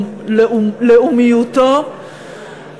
לאומיותו,